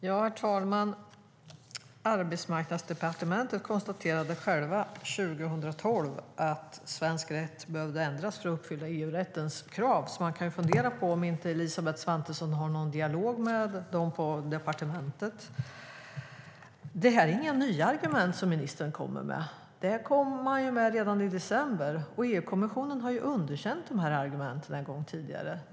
Herr talman! På Arbetsmarknadsdepartementet konstaterade man själva 2012 att svensk rätt behövde ändras för att uppfylla EU-rättens krav, så man kan ju fundera på om inte Elisabeth Svantesson har någon dialog med dem på departementet. Det är inga nya argument som ministern kommer med; dem kom man med redan i december. Och EU-kommissionen har ju underkänt argumenten en gång tidigare.